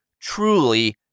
truly